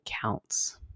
counts